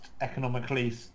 economically